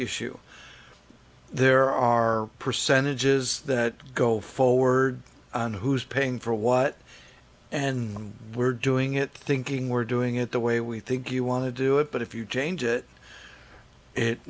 issue there are percentages that go forward on who's paying for what and we're doing it thinking we're doing it the way we think you want to do it but if you change it it